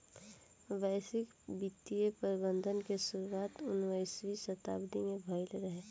वैश्विक वित्तीय प्रबंधन के शुरुआत उन्नीसवीं शताब्दी में भईल रहे